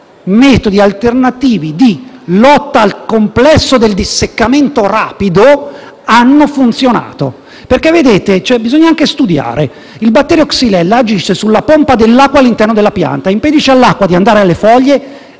metodi alternativi di lotta al complesso del disseccamento rapido hanno funzionato. Colleghi, bisogna anche studiare: il batterio xylella agisce sulla pompa dell'acqua all'interno della pianta; impedisce all'acqua di andare alle foglie